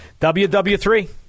WW3